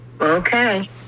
Okay